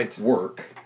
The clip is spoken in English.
work